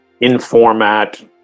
in-format